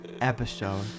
episode